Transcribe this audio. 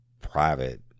private